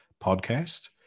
podcast